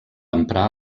emprar